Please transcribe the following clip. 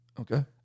Okay